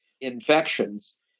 infections